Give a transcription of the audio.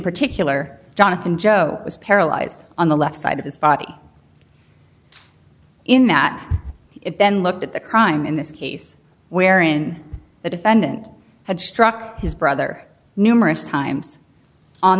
particular jonathan joe was paralyzed on the left side of his body in that it then looked at the crime in this case wherein the defendant had struck his brother numerous times on